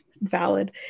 valid